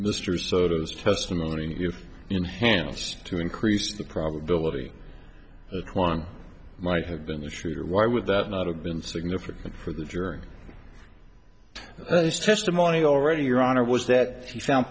mr soto's testimony if enhanced to increase the probability that one might have been the shooter why would that not have been significant for the jury that is testimony already your honor was that she found